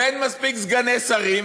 ואין מספיק סגני שרים,